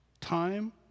time